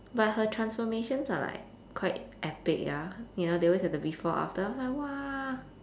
but her transformations are like quite epic ya you know they always have the before after I was like !wah!